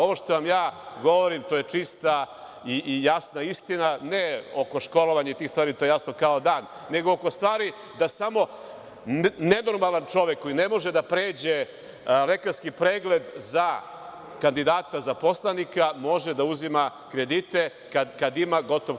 Ovo što vam ja govorim je čista i jasna istina, ne oko školovanja i tih stvari, to je jasno kao dan, nego oko stvari da samo nenormalan čovek, koji ne može da pređe lekarski pregled za kandidata za poslanika, može da uzima kredite kada ima gotov keš.